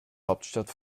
hauptstadt